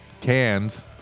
cans